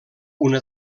una